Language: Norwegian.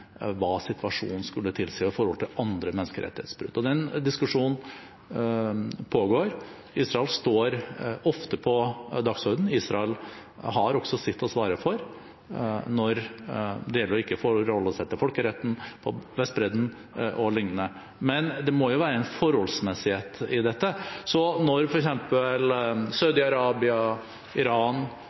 situasjonen skulle tilsi i forhold til andre menneskerettighetsbrudd. Den diskusjonen pågår. Israel står ofte på dagsordenen. Israel har også sitt å svare for, når det gjelder å ikke forholde seg til folkeretten, når det gjelder Vestbredden o.l. Men det må jo være en forholdsmessighet i dette. Situasjonen f.eks. i Saudi-Arabia og Iran